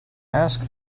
ask